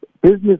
business